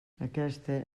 aquesta